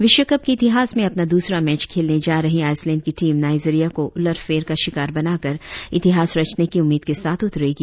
विश्वकप के इतिहास में अपना द्रसरा मैच खेलने जा रहीं आइसलैंड की टीम नाइजीरिया को उलटफेर का शिकार बनाकर इतिहास रचने की उम्मीद के साथ उतरेगी